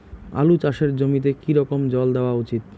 আলু চাষের জমিতে কি রকম জল দেওয়া উচিৎ?